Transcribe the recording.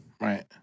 right